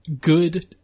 good